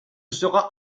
sera